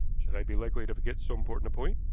should i be likely to forget so important a point?